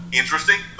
interesting